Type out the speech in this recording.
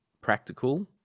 practical